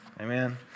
Amen